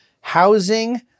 Housing